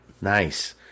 Nice